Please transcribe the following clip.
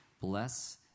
bless